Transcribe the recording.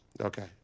Okay